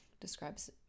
describes